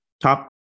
top